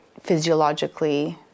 physiologically